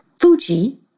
Fuji